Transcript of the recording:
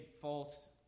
false